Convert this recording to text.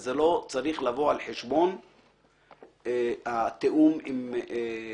וזה לא צריך לבוא על חשבון התיאום עם כבאות.